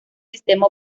sistema